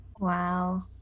Wow